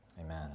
amen